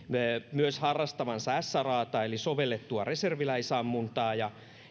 myös harrastavansa srata eli sovellettua reserviläisammuntaa ja